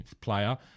player